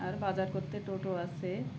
আর বাজার করতে টোটো আসে